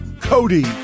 Cody